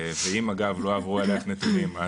ואם אגב לא עברו אלייך נתונים.